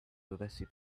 dovessi